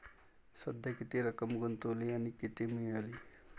सध्या किती रक्कम गुंतवली आणि किती मिळाली